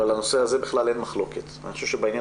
בנושא הזה אין בכלל מחלוקת ואני חושב שבעניין